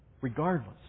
regardless